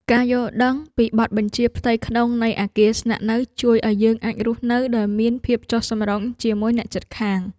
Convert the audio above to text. ការយល់ដឹងពីបទបញ្ជាផ្ទៃក្នុងនៃអគារស្នាក់នៅជួយឱ្យយើងអាចរស់នៅដោយមានភាពចុះសម្រុងជាមួយអ្នកជិតខាង។